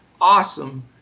Awesome